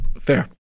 Fair